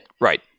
right